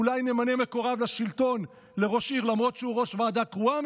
אולי נמנה מקורב לשלטון לראש העיר למרות שהוא ראש ועדה קרואה,